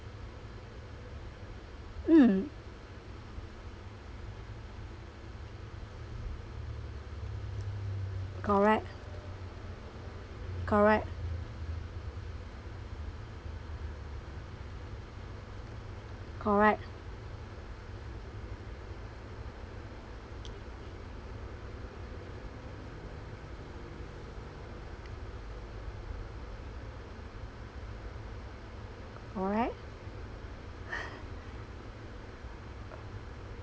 mm correct correct correct correct